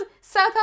South